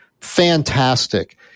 fantastic